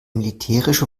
militärische